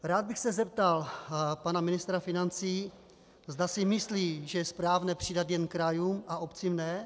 Rád bych se zeptal pana ministra financí, zda si myslí, že je správné přidat jen krajům a obcím ne.